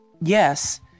yes